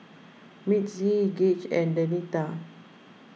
Mitzi Gaige and Denita